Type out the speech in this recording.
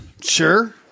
Sure